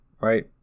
Right